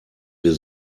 wir